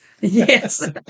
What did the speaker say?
yes